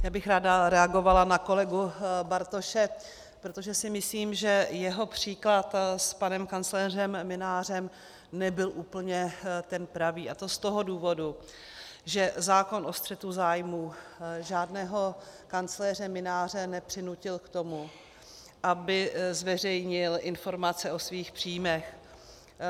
Já bych ráda reagovala na kolegu Bartoše, protože si myslím, že jeho příklad s panem kancléřem Mynářem nebyl úplně ten pravý, a to z toho důvodu, že zákon o střetu zájmů žádného kancléře Mynáře nepřinutil k tomu, aby zveřejnil informace o svých příjmech.